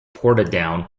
portadown